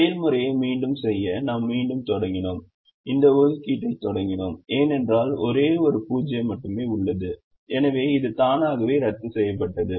செயல்முறையை மீண்டும் செய்ய நாம் மீண்டும் தொடங்கினோம் இந்த ஒதுக்கீட்டைத் தொடங்கினோம் ஏனென்றால் ஒரே ஒரு 0 மட்டுமே உள்ளது எனவே இது தானாகவே ரத்துசெய்யப்பட்டது